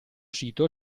sito